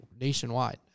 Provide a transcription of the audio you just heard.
nationwide